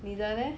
你的 leh